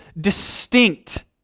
distinct